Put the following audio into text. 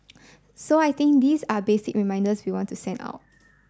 so I think these are basic reminders we want to send out